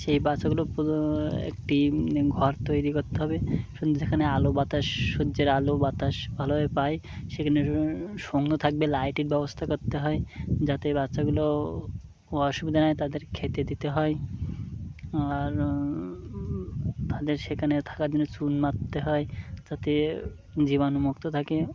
সেই বাচ্চাগুলোর একটি ঘর তৈরি করতে হবে যেখানে আলো বাতাস সূর্যের আলো বাতাস ভালোভাবে পায় সেখানে সঙ্গে থাকবে লাইটের ব্যবস্থা করতে হয় যাতে বাচ্চাগুলোর অসুবিধা না হয় তাদের খেতে দিতে হয় আর তাদের সেখানে থাকার দিনে চুন মারতে হয় যাতে জীবাণুমুক্ত থাকে